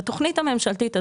בתכנית הממשלתית הזאת,